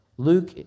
Luke